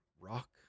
Rock